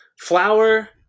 flour